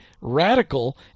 Radical